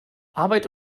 arbeit